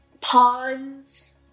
ponds